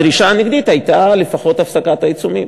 הדרישה הנגדית הייתה לפחות הפסקת העיצומים,